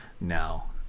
now